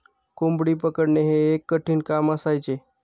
कोंबडी पकडणे हे एक कठीण काम असायचे